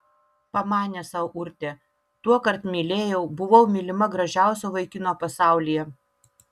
pamanė sau urtė tuokart mylėjau buvau mylima gražiausio vaikino pasaulyje